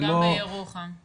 גם בירוחם.